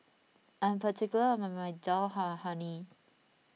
I am particular about my Dal Makhani